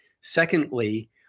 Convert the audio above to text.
Secondly